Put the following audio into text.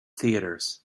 theatres